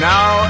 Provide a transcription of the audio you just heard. Now